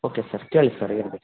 okay sir ಕೇಳಿ sir ಏನು ಬೇಕು